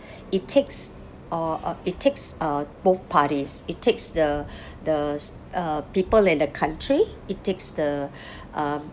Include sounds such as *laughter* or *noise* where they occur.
*breath* it takes or uh it takes uh both parties it takes the *breath* the s~ uh people in the country it takes the *breath* uh um